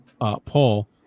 poll